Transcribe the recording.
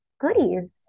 goodies